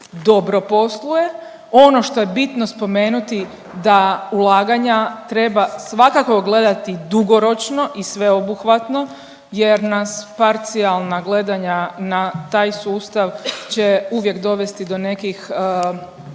dobro posluje. Ono što je bitno spomenuti da ulaganja treba svakako gledati dugoročno i sveobuhvatno jer nas parcijalna gledanja na taj sustav će uvijek dovesti do nekih